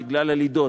בגלל הלידות.